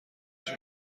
جون